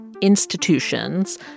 institutions